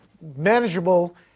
manageable